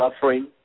suffering